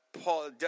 Paul